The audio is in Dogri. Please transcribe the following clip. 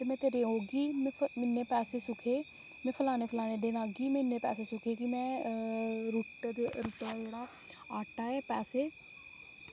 ते में तेरे औगी ते में जिन्ने पैसे सुक्खे दे में खाने पिलानै गी लाह्गी ते में इन्ने पैसे रुट्टै दा जेह्ड़ा आटा ऐ पैसे